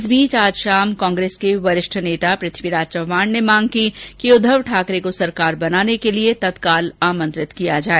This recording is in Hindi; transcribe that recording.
इस बीच आज शाम कांग्रेस के वरिष्ठ नेता पृथ्वीराज चव्हाण ने मांग की कि उध्य ठाकरे को सरकार बनाने के लिए तत्काल आमंत्रित किया जाए